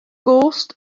gost